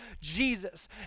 Jesus